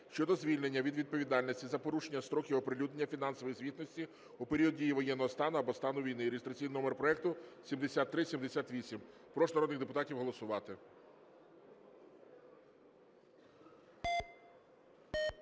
щодо звільнення від відповідальності за порушення строків оприлюднення фінансової звітності у період дії воєнного стану або стану війни (реєстраційний номер проекту 7378). Прошу народних депутатів голосувати.